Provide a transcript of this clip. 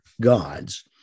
gods